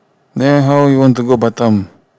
then how you want to go batam